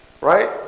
Right